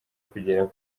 kugera